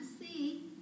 see